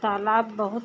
तालाब बहुत